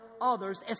others